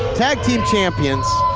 tag team champions